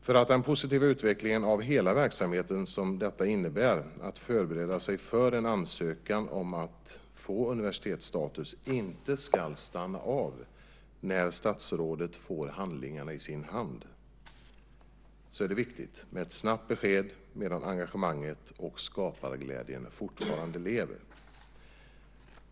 För att den positiva utvecklingen av hela verksamheten som det innebär att förbereda sig för en ansökan om att få universitetsstatus inte ska stanna av när statsrådet får handlingarna i sin hand är det viktigt med ett snabbt besked medan engagemanget och skaparglädjen fortfarande lever.